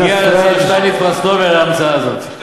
מגיע לשר שטייניץ פרס נובל על ההמצאה הזאת.